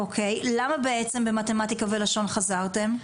למה בעצם במתמטיקה ולשון חזרתם,